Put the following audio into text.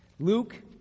Luke